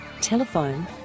telephone